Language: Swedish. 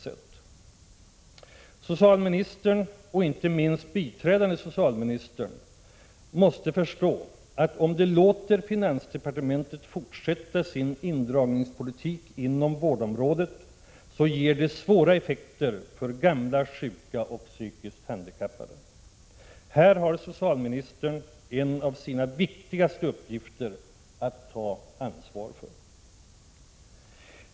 Socialministern, och inte minst biträdande socialministern, måste förstå, att om de låter finansdepartementet fortsätta sin indragningspolitik inom vårdområdet, ger det svåra effekter för gamla, sjuka och psykiskt handikappade. Här har socialministern en av sina viktigaste uppgifter att ta ansvar för.